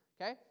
Okay